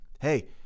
Hey